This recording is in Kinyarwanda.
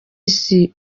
isi